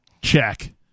Check